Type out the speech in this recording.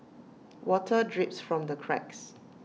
water drips from the cracks